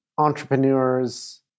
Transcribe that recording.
entrepreneurs